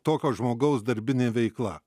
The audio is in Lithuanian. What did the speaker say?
tokio žmogaus darbinė veikla